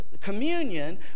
communion